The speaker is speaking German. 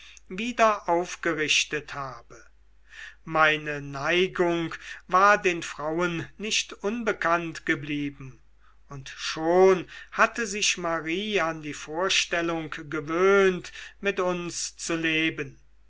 wieder aufgerichtet habe meine neigung war den frauen nicht unbekannt geblieben und schon hatte sich marie an die vorstellung gewöhnt mit uns zu leben